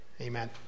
Amen